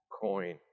coin